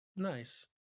Nice